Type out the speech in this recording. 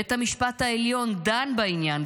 בית המשפט העליון דן בעניין,